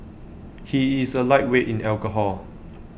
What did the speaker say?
he is A lightweight in alcohol